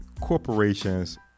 corporations